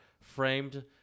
framed